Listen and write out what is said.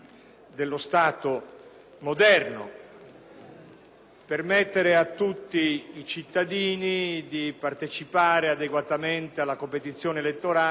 Permettere a tutti i cittadini di partecipare adeguatamente alla competizione elettorale è un dovere,